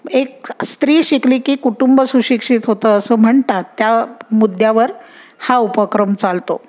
एक स्त्री शिकली की कुटुंब सुशिक्षित होतं असं म्हणतात त्या मुद्द्यावर हा उपक्रम चालतो